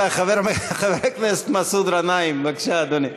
חבר הכנסת מסעוד גנאים, בבקשה, אדוני.